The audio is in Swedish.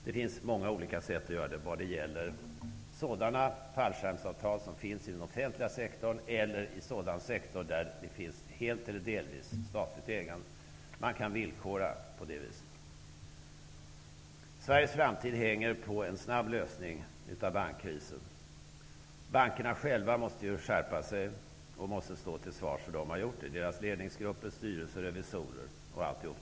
Det finns många olika sätt att göra det på, vad gäller sådana fallskärmsavtal som finns i den offentliga sektorn eller i sektorer med helt eller delvis statligt ägande. Man kan villkora på det sättet. Sveriges framtid hänger på en snabb lösning av bankkrisen. Bankerna själva måste skärpa sig och måste stå till svars för det som de har gjort, bl.a. ledningsgrupper, styrelser och revisorer.